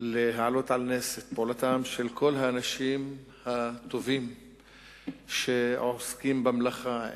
להעלות על נס את פועלם של כל האנשים הטובים שעוסקים במלאכה,